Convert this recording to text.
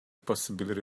possibility